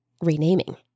renaming